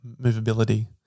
movability